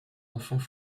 enfants